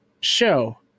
show